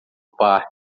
parque